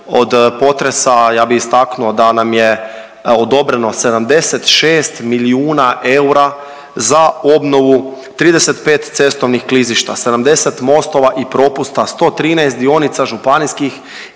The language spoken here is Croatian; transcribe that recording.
od potresa, ja bi istaknuo da nam je odobreno 76 milijuna eura za obnovu 35 cestovnih klizišta, 70 mostova i propusta, 113 dionica županijskih